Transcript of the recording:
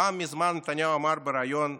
פעם, מזמן, נתניהו אמר בריאיון: